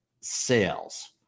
sales